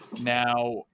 Now